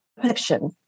perception